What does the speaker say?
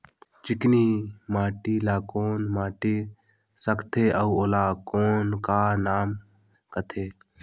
चिकनी माटी ला कौन माटी सकथे अउ ओला कौन का नाव काथे?